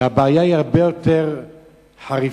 והבעיה היא הרבה יותר חריפה,